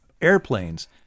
airplanes